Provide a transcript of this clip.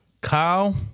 Kyle